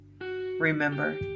Remember